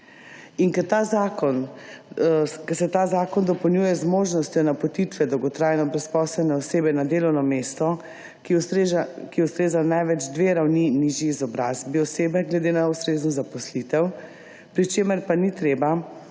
In ker se ta zakon dopolnjuje z možnostjo napotitve dolgotrajno brezposelne osebe na delovno mesto, ki ustreza največ dve ravni nižji izobrazbi osebe glede na ustreznost zaposlitev, pri čemer pa ni treba,